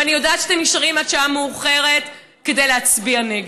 ואני יודעת שאתם נשארים עד שעה מאוחרת כדי להצביע נגד,